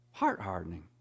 heart-hardening